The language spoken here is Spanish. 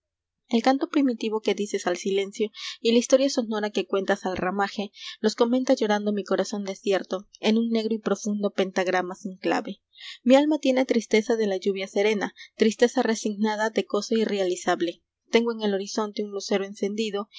el canto primitivo que dices al silencio i y la historia sonora que cuentas al ramaje los comenta llorando mi corazón desierto en un negro y profundo pentágrama sin clave mi alma tiene tristeza de la lluvia serena tristeza resignada de cosa irrealizable l i b r o d e p o e m a s tengo en el horizonte un lucero encendido